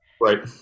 right